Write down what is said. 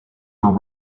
were